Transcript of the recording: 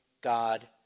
God